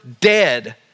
dead